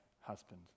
husband